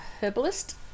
herbalist